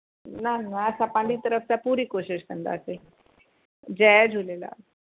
न न असां पंहिंजी तरफ़ सां पूरी कोशिशि कंदासीं जय झूलेलाल